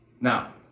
Now